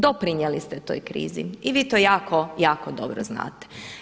Doprinijeli ste toj krizi i vi to jako, jako dobro znate.